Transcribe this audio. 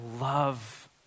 love